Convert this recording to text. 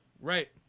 Right